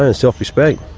ah self-respect.